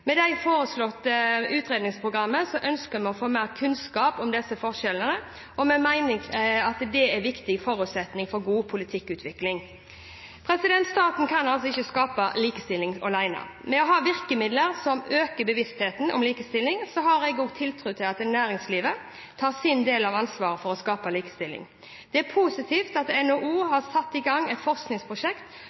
Med det foreslåtte utredningsprogrammet ønsker vi å få mer kunnskap om disse forskjellene, noe vi mener er en viktig forutsetning for god politikkutvikling. Staten kan altså ikke skape likestilling alene. Ved å ha virkemidler som øker bevisstheten om likestilling, har jeg tiltro til at næringslivet tar sin del av ansvaret for å skape likestilling. Det er positivt at NHO har satt i gang et forskningsprosjekt